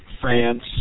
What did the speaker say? France